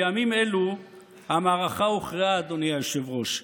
בימים אלו המערכה הוכרעה, אדוני היושב-ראש.